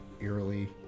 eerily